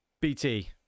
bt